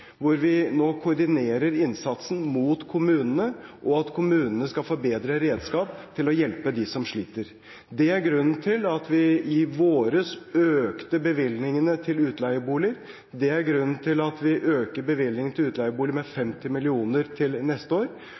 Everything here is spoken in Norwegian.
hvor vi nå koordinerer innsatsen overfor kommunene, og kommunene skal få bedre redskap til å hjelpe dem som sliter. Det er grunnen til at vi i vår økte bevilgningene til utleieboliger. Det er grunnen til at vi øker bevilgningen til utleieboliger med 50 mill. kr neste år.